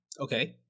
Okay